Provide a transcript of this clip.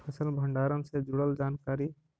फसल भंडारन से जुड़ल जानकारी?